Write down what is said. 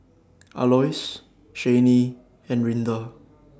Aloys Chanie and Rinda